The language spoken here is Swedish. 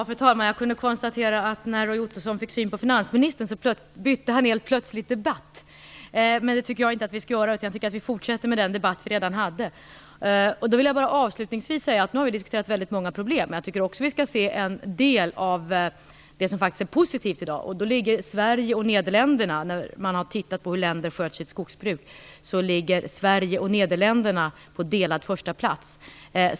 Fru talman! Jag kunde konstatera att när Roy Ottosson fick syn på finansministern bytte han helt plötsligt debatt, men det tycker jag inte att vi skall göra utan vi skall fortsätta med den debatt som vi redan hade. Då vill jag avslutningsvis säga att vi nu diskuterat väldigt många problem. Men jag tycker också att vi skall se på det som faktiskt är positivt i dag. Man har tittat på hur länderna skött sitt skogsbruk. Sverige och Nederländerna ligger på delad första plats.